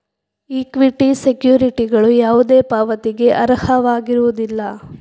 equity ಸೆಕ್ಯುರಿಟಿಗಳು ಯಾವುದೇ ಪಾವತಿಗೆ ಅರ್ಹವಾಗಿರುವುದಿಲ್ಲ